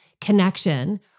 connection